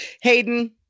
Hayden